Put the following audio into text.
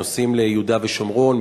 נוסעים ליהודה ושומרון,